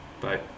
bye